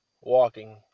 walking